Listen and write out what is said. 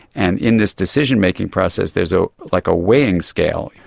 and in this decision-making process there's ah like a weighing scale,